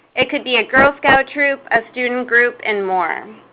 it could be a girl scout troop, a student group and more,